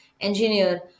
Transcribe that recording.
engineer